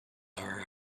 are